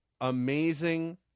amazing